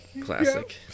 Classic